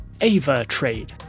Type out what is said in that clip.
AvaTrade